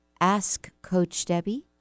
askcoachdebbie